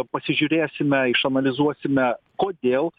pasižiūrėsime išanalizuosime kodėl